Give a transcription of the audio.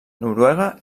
noruega